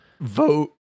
vote